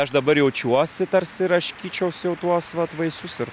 aš dabar jaučiuosi tarsi raškyčiaus jau tuos vat vaisius ir